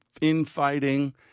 infighting